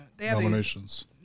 Nominations